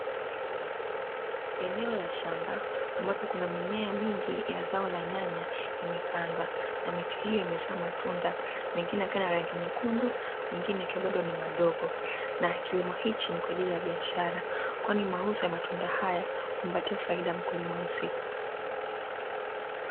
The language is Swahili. Eneo la shamba, ambapo kuna mimea mingi ya zao la nyanya imepandwa, na miti hiyo imezaa matunda; mingine yakiwa na rangi nyekundu, mingine ikiwa bado ni madogo na Kilimo hicho ni kwa ajili ya biashara, kwani mauzo ya matunda haya humpatia faida mkulima husika.